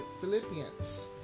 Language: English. Philippians